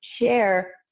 share